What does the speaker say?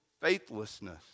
faithlessness